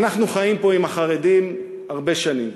אנחנו חיים פה עם החרדים הרבה שנים.